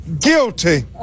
guilty